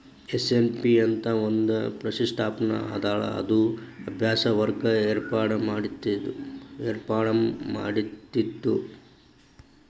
SNP ಅಂತ್ ಒಂದ್ ಪ್ರತಿಷ್ಠಾನ ಅದಲಾ ಅದು ಅಭ್ಯಾಸ ವರ್ಗ ಏರ್ಪಾಡ್ಮಾಡಿತ್ತು